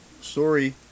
Sorry